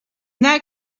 that